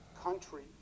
country